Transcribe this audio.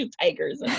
tigers